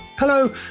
Hello